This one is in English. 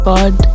God